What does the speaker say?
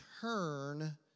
turn